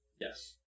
Yes